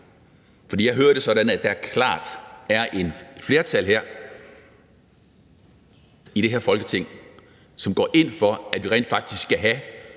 hører det sådan, at der klart er et flertal i det her Folketing, som går ind for, at vi rent faktisk skal have